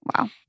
Wow